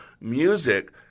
music